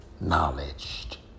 Knowledge